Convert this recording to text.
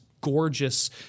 gorgeous